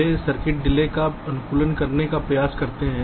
वे circuit delay Circuit Deay का अनुकूलन करने का प्रयास करते हैं